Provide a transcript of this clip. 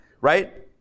right